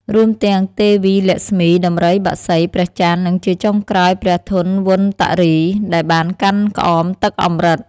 រួមទាំងទេវីលក្ស្មី ដំរី បក្សី ព្រះចន្ទ និងជាចុងក្រោយ ព្រះធនវន្តរី ដែលបានកាន់ក្អមទឹកអម្រឹត។